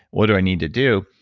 what do i need to do?